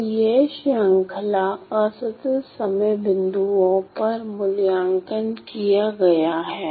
तो यह श्रृंखला असतत समय बिंदुओं पर मूल्यांकन किया गया है